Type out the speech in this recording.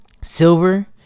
Silver